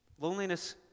Loneliness